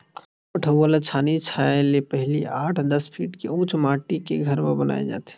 पठउवा ल छानही छाहे ले पहिली आठ, दस फीट के उच्च माठी के घर म बनाए जाथे